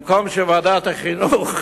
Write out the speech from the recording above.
במקום שוועדת החינוך